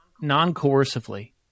non-coercively